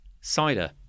Cider